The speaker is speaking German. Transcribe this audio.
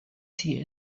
sie